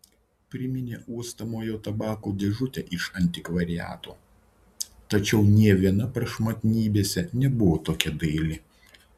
priminė uostomojo tabako dėžutę iš antikvariato tačiau nė viena prašmatnybėse nebuvo tokia daili